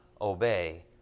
obey